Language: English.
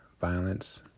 violence